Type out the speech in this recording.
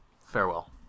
Farewell